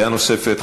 דעה נוספת,